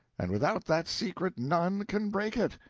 and without that secret none can break it.